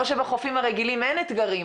לא שבחופים הרגילים אין אתגרים,